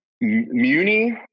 Muni